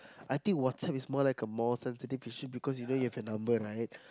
I think WhatsApp is more like a more sensitive issue because you know you have her number right